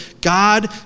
God